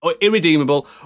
Irredeemable